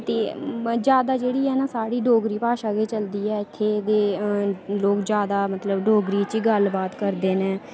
ते जादै जेह्ड़ी ऐ ना साढ़ी डोगरी भाशा गै चलदी ऐ ते लोग मतलब जादा डोगरी च गल्ल बात करदे न